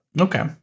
Okay